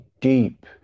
deep